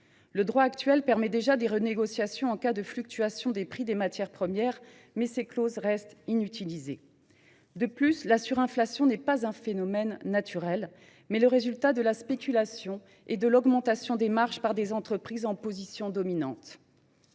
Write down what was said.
Le droit actuel permet déjà des renégociations en cas de fluctuation des prix des matières premières, mais ces clauses demeurent inutilisées. De plus, la surinflation est non pas un phénomène naturel, mais le résultat de la spéculation et de l’augmentation des marges par des entreprises en position dominante.